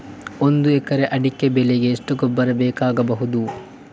ಒಂದು ಎಕರೆ ಅಡಿಕೆ ಬೆಳೆಗೆ ಎಷ್ಟು ಗೊಬ್ಬರ ಬೇಕಾಗಬಹುದು?